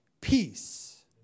peace